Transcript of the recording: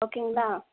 ஓகேங்களா